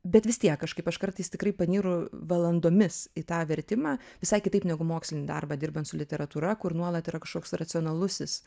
bet vis tiek kažkaip aš kartais tikrai panyru valandomis į tą vertimą visai kitaip negu mokslinį darbą dirbant su literatūra kur nuolat yra kažkoks racionalusis